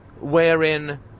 wherein